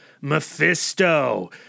Mephisto